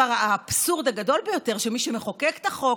האבסורד הגדול ביותר הוא שמי שמחוקק את החוק,